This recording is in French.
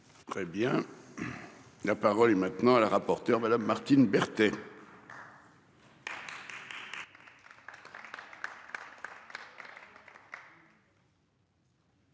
Très bien. La parole est maintenant le rapporteur, madame Martine Berthet.